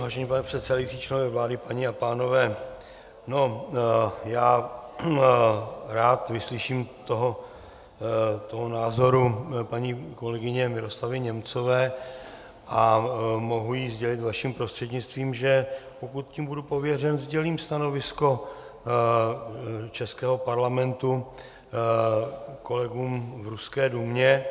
Vážený pane předsedající, členové vlády, paní a pánové, já rád vyslyším toho názoru paní kolegyně Miroslavy Němcové a mohu jí sdělit vaším prostřednictvím, že pokud tím budu pověřen, sdělím stanovisko českého parlamentu kolegům v ruské Dumě.